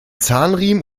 zahnriemen